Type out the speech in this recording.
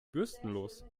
bürstenlos